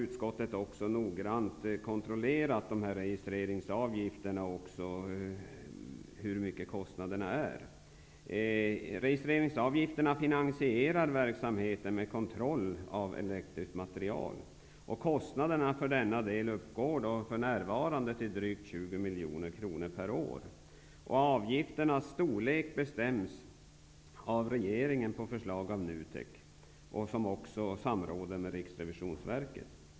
Utskottet har noggrant kontrollerat registreringsavgifterna och även hur stora kostnaderna är. Registreringsavgifterna finansierar verksamheten med kontroll av elektriskt material. Kostnaderna för denna del uppgår för närvarande till drygt 20 miljoner kronor per år. Avgifternas storlek bestäms av regeringen på förslag av NUTEK, som också samråder med Riksrevisionsverket.